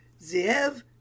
Zev